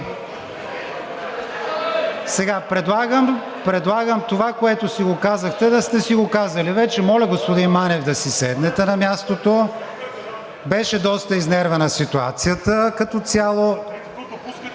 Сега, предлагам това, което си го казахте, да сте си го казали вече. Моля, господин Манев, да си седнете на мястото, беше доста изнервена ситуацията като цяло.